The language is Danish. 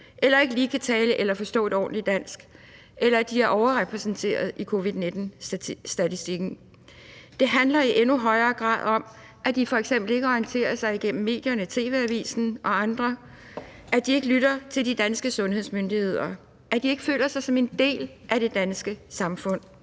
eller ikke lige kan tale eller forstå et ordentligt dansk, eller at de er overrepræsenteret i covid-19-statistikken; det handler i endnu højere grad om, at de f.eks. ikke orienterer sig igennem medierne, TV Avisen og andet, at de ikke lytter til de danske sundhedsmyndigheder, og at de ikke føler sig som en del af det danske samfund,